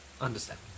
understand